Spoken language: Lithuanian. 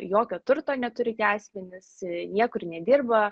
jokio turto neturi tie asmenys niekur nedirba